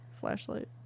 flashlight